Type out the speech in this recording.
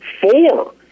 Four